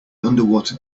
underwater